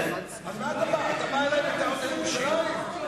אז מה אתה בא אלי בטענות על ירושלים?